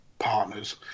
Partners